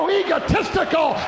egotistical